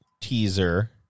teaser